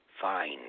fine